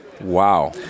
Wow